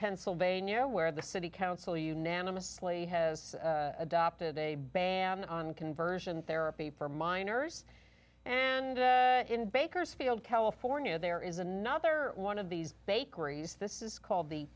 pennsylvania where the city council unanimously has adopted a ban on conversion therapy for minors and in bakersfield california there is another one of these bakeries this is called the